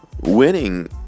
Winning